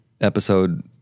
episode